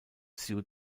suit